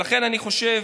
ולכן אני חושב,